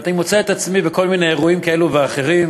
ואני מוצא את עצמי בכל מיני אירועים כאלה ואחרים,